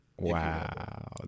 Wow